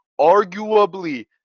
arguably